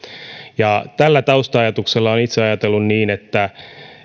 tällä tausta ajatuksella olen itse ajatellut niin että